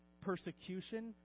Persecution